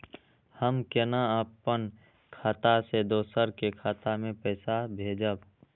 हम केना अपन खाता से दोसर के खाता में पैसा भेजब?